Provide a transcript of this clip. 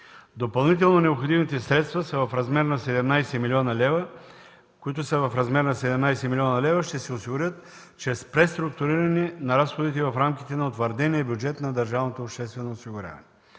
Допълнително необходимите средства, които са в размер на 17 млн. лв., ще се осигурят чрез преструктуриране на разходите в рамките на утвърдения бюджет на